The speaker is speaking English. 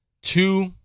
Two